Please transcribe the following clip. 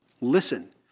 Listen